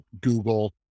Google